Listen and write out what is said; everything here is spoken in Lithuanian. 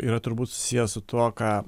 yra turbūt susiję su tuo ką